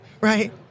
right